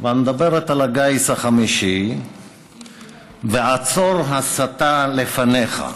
ואת מדברת על הגיס החמישי ועל "עצור, הסתה לפניך".